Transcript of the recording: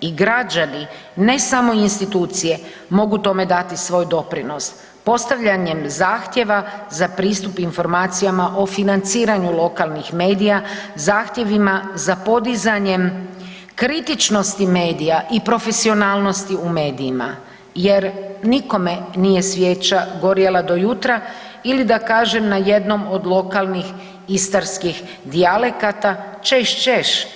I građani, ne samo institucije, mogu tome dati svoj doprinos, postavljanjem zahtjeva za pristup informacijama o financiranju lokalnih medija, zahtjevima za podizanjem kritičnosti medija i profesionalnosti u medijima jer nikome nije svijeća gorjela do jutra, ili da kažem na jednom od lokalnih istarskih dijalekata, ćeš, ćeš,